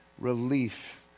relief